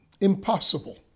impossible